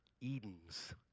Edens